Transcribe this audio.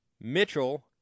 Mitchell